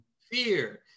Fear